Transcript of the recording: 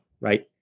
right